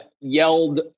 yelled